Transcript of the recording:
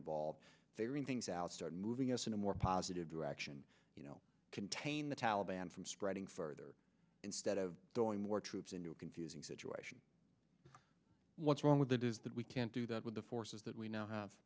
involved they ring things out start moving us in a more positive direction contain the taliban from spreading further instead of going more troops into a confusing situation what's wrong with that is that we can't do that with the forces that we now have